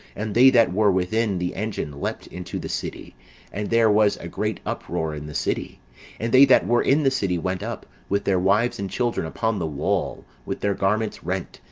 and they that were within the engine leapt into the city and there was a great uproar in the city and they that were in the city went up, with their wives and children, upon the wall, with their garments rent,